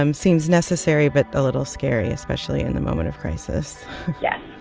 um seems necessary but a little scary, especially in the moment of crisis yes